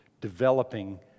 developing